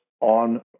on